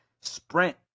sprint